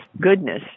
goodness